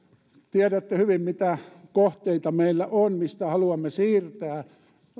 tiedätte hyvin mitä kohteita meillä on mistä haluamme siirtää